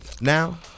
Now